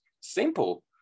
simple